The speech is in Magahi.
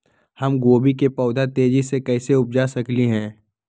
हम गोभी के पौधा तेजी से कैसे उपजा सकली ह?